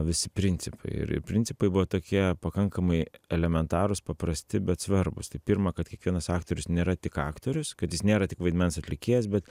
visi principai ir principai buvo tokie pakankamai elementarūs paprasti bet svarbūs tai pirma kad kiekvienas aktorius nėra tik aktorius kad jis nėra tik vaidmens atlikėjas bet